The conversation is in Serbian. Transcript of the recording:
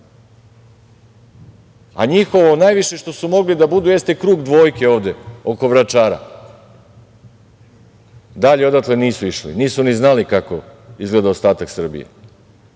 a njihovo najviše što su mogli da budu jeste krug dvojke ovde oko Vračara, dalje odatle nisu išli, nisu ni znali kako izgleda ostatak Srbije,